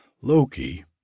Loki